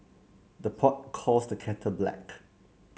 the pot calls the kettle black